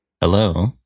Hello